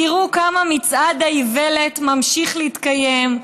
תראו כמה מצעד האיוולת ממשיך להתקיים,